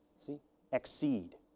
see exceed.